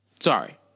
sorry